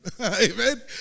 Amen